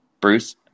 Bruce